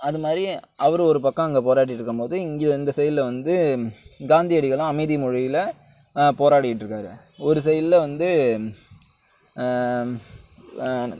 அது மாதிரி அவர் ஒரு பக்கம் அங்கே போராடிகிட்டு இருக்கும்போது இங்கே இந்த சைட்டில் வந்து காந்தியடிகளும் அமைதி மொழியில் போராடிகிட்ருக்காரு ஒரு சைட்டில் வந்து